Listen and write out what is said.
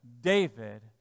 David